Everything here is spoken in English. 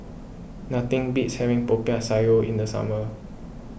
nothing beats having Popiah Sayur in the summer